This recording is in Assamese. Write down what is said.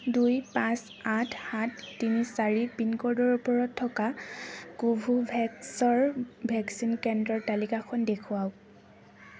দুই পাঁচ আঠ সাত তিনি চাৰি পিনক'ডৰ ওচৰত থকা কোবীভেক্সৰ ভেকচিন কেন্দ্ৰৰ তালিকাখন দেখুৱাওক